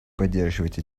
поддерживать